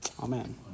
Amen